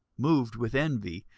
moved with envy,